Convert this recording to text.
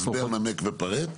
הסבר, נמק ופרט.